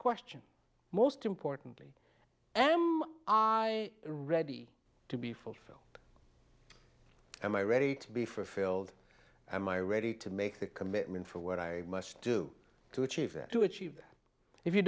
question most importantly am i ready to be fulfilled am i ready to be fulfilled am i ready to make the commitment for what i must do to achieve to achieve if you